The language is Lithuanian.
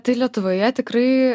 tai lietuvoje tikrai